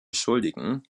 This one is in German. schuldigen